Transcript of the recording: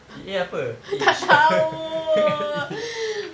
E_A apa each each